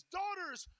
daughters